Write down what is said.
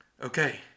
Okay